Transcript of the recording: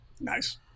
Nice